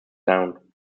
down